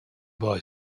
boy